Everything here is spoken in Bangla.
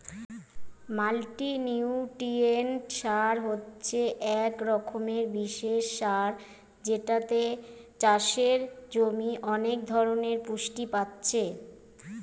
মাল্টিনিউট্রিয়েন্ট সার হচ্ছে এক রকমের বিশেষ সার যেটাতে চাষের জমির অনেক ধরণের পুষ্টি পাচ্ছে